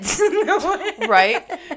right